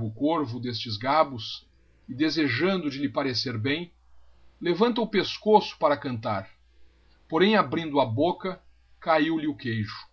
o corvo destes gabos e desejando de lhe parecer bem levanta o pescoço para cantar porém abrindo a boca cahio-lhe o queijo